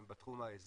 הן בתחום האזרחי,